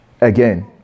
again